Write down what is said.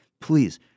Please